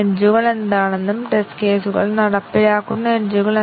കൂടാതെ ഏറ്റവും കുറഞ്ഞ ടെസ്റ്റ് കേസുകളും ഞങ്ങൾ പരിശോധിക്കേണ്ടതുണ്ട്